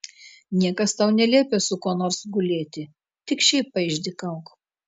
niekas tau neliepia su kuo nors gulėti tik šiaip paišdykauk